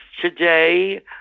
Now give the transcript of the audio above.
today